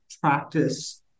practice